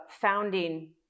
founding